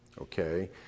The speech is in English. Okay